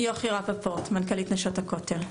יוכי רפפורט, מנכ"לית נשות הכותל.